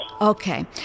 Okay